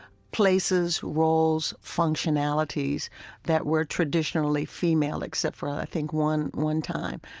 places, roles, functionalities that were traditionally female except for i think one one time.